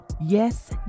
Yes